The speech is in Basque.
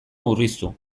murriztu